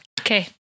Okay